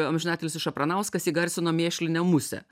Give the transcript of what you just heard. amžinatilsį šapranauskas įgarsino mėšlinę musę